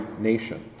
nation